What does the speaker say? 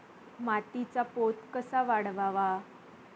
मातीचा पोत कसा वाढवावा?